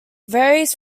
varies